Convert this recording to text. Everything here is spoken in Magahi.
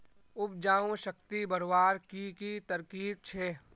उपजाऊ शक्ति बढ़वार की की तरकीब छे?